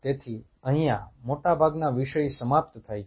તેથી અહીંયા મોટાભાગનો વિષય સમાપ્ત થાય છે